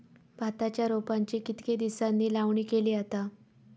भाताच्या रोपांची कितके दिसांनी लावणी केली जाता?